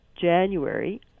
January